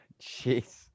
jeez